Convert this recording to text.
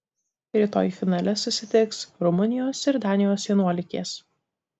rytoj finale susitiks rumunijos ir danijos vienuolikės